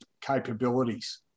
capabilities